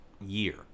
year